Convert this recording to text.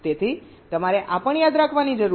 તેથી તમારે આ પણ યાદ રાખવાની જરૂર છે